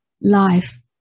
life